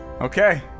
Okay